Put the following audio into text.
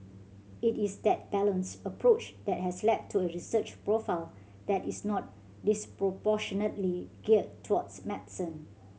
it is that balanced approach that has led to a research profile that is not disproportionately geared towards medicine